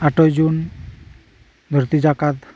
ᱟᱴᱚᱭ ᱡᱩᱱ ᱫᱷᱟ ᱨᱛᱤ ᱡᱟᱠᱟᱛ